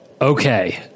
Okay